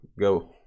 Go